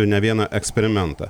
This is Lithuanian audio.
ne vieną eksperimentą